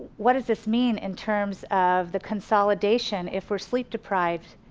what does this mean in terms of the consolidation if we're sleep deprived.